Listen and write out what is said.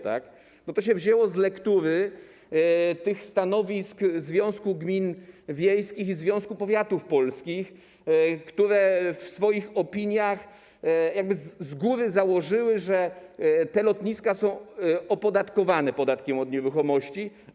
To się wzięło z lektury tych stanowisk Związku Gmin Wiejskich i Związku Powiatów Polskich, które w swoich opiniach z góry założyły, że te lotniska są opodatkowane podatkiem od nieruchomości.